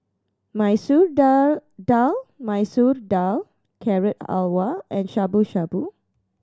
Masoor Dal Dal Masoor Dal Carrot Halwa and Shabu Shabu